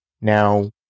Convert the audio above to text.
Now